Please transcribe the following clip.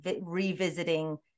revisiting